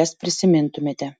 jas prisimintumėte